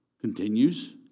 continues